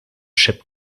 ship